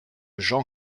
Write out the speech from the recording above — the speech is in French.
jean